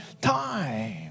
time